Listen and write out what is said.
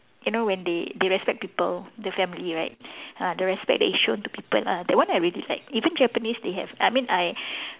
you know when they they respect people the family right ah the respect that they shown to people ah that one I really like even Japanese they have I mean I